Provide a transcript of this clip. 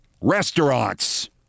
restaurants